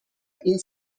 این